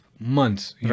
months